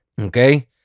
Okay